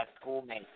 schoolmate